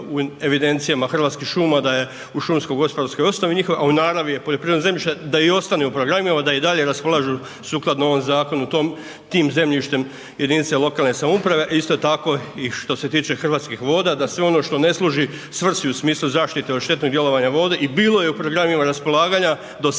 u evidencijama Hrvatskih šuma da je u šumsko-gospodarskoj osnovi njihovo a u naravi je poljoprivredno zemljište, da i ostane u programima, da i dalje raspolažu sukladno ovom zakonu tim zemljištem jedinice lokalne samouprave, isto tako i što se tiče Hrvatskih voda da sve ono što ne služi svrsi u smislu zaštite od štetnog djelovanja vode i bilo je u programima raspolaganja do